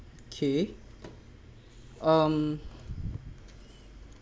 okay um